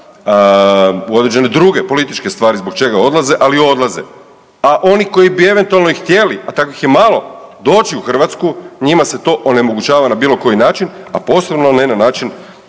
u određene druge političke stvari zbog čega odlaze, ali odlaze, a oni koji bi eventualno i htjeli, a takvih je malo, doći u Hrvatsku, njima se to onemogućava na bilo koji način, a posebno ne na način,